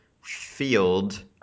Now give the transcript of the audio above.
field